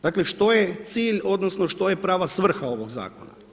Dakle što je cilj, odnosno što je prava svrha ovog zakona?